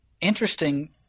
Interesting